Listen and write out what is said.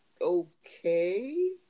okay